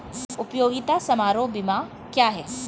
उपयोगिता समारोह बीमा क्या है?